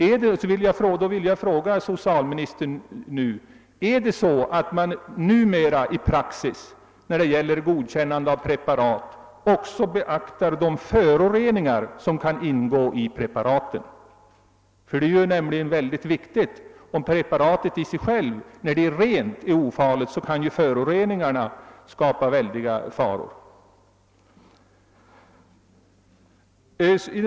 Om så är fallet vill jag fråga socialministern: Beaktar man numera i praxis när det gäller godkännandet av preparat också de föroreningar som preparaten innehåller? Även om preparatet i sig självt är ofarligt, kan föroreningarna åstadkomma stora skador, och den saken är det naturligtvis viktigt att beakta.